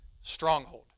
stronghold